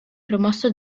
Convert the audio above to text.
promosso